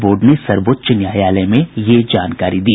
board ने सर्वोच्च न्यायालय में यह जानकारी दी